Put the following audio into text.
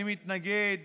אני מתנגד